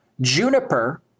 juniper